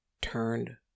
turned